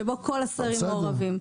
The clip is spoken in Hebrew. שבו כל השרים מעורבים.